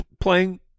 playing